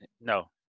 No